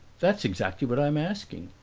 that's exactly what i'm asking.